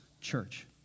church